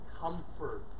comfort